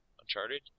Uncharted